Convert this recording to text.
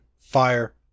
fire